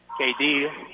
KD